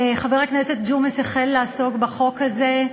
חבר הכנסת ג'ומס החל לעסוק בחוק הזה.